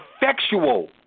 effectual